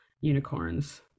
unicorns